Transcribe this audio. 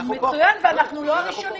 מצוין, ואנחנו לא הראשונים